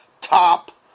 top